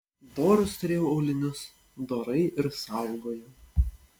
dorus turėjau aulinius dorai ir saugojau